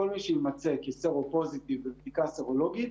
כל מי שיימצא כסרו-פוזיטיב בבדיקה הסרולוגית,